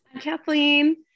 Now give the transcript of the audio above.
Kathleen